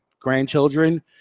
grandchildren